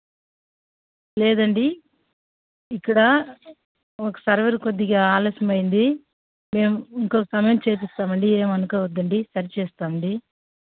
లేదండి ఇక్కడ మాకు సర్వర్ కొద్దిగా ఆలస్యమైంది మేము ఇంకో కనెక్ట్ చేసి ఇస్తామండి ఏమనుకోవద్దండీ సరిచేస్తామండి